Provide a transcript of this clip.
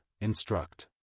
instruct